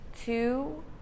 two